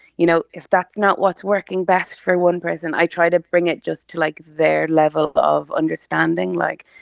you know, if that's not what's working best for one person i try to bring it just to, like, their level of understanding. like,